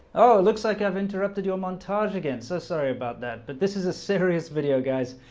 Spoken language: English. oh looks like i've interrupted your montage again, so sorry about that but this is a serious video guys,